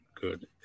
good